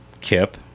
Kip